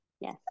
yes